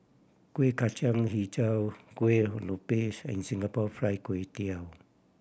Kueh Kacang Hijau Kuih Lopes and Singapore Fried Kway Tiao